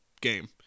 game